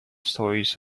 stories